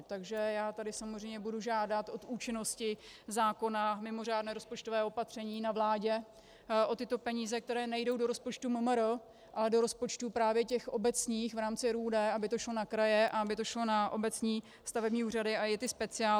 Takže já tady samozřejmě budu žádat od účinnosti zákona mimořádné rozpočtové opatření na vládě, o tyto peníze, které nejdou do rozpočtu MMR, ale do rozpočtu právě těch obecních v rámci RUD, aby to šlo na kraje a aby to šlo na obecní stavební úřady i ty speciály.